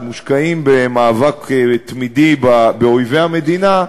שמושקעים במאבק תמידי באויבי המדינה,